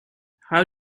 how